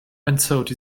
unsought